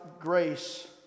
grace